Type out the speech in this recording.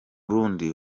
rundi